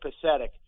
pathetic